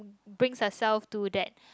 brings herself to that